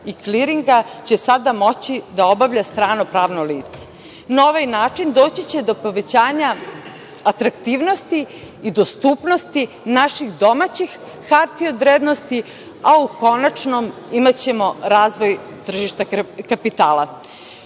i kliringa će sada moći da obavlja strano pravno lice. Na ovaj način doći će do povećanja atraktivnosti i dostupnosti naših domaći hartija od vrednosti, a u konačnom imaćemo razvoj tržišta kapitala. Kada